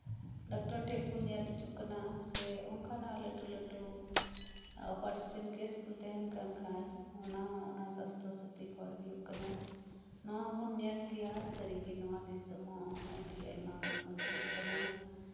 doctor ᱴᱷᱮᱡ ᱠᱚ ᱧᱮᱞ ᱦᱚᱪᱩᱜ ᱠᱟᱱᱟ ᱥᱮ ᱚᱱᱟᱠᱟᱱᱟᱜ ᱞᱟᱴᱩᱼᱞᱟᱴᱩ ᱚᱯᱟᱨᱮᱥᱚᱱ ᱠᱮᱥ ᱠᱚ ᱛᱟᱦᱮᱸᱱ ᱠᱷᱟᱡ ᱚᱱᱟ ᱦᱚᱸ ᱚᱱᱟ ᱥᱟᱥᱛᱷᱚ ᱥᱟᱛᱷᱤ ᱠᱷᱚᱡ ᱦᱩᱭᱩᱜ ᱠᱟᱱᱟ ᱚᱱᱟ ᱦᱚᱸᱵᱚᱱ ᱧᱮᱞ ᱠᱮᱭᱟ ᱱᱚᱣᱟ ᱫᱤᱥᱚᱢ ᱦᱚᱸ ᱟᱹᱰᱤ ᱟᱭᱢᱟ ᱜᱮ ᱩᱱᱱᱚᱛᱤᱣᱟᱠᱟᱱᱟ